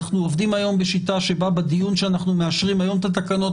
אנחנו עובדים היום בשיטה שבה בדיון שאנחנו מאשרים היום את התקנות